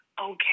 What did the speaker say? okay